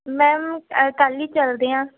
ma'am ਕੱਲ੍ਹ ਹੀ ਚੱਲਦੇ ਹਾਂ